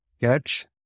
catch